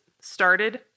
started